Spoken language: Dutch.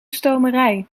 stomerij